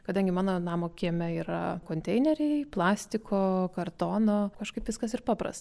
kadangi mano namo kieme yra konteineriai plastiko kartono kažkaip viskas ir papras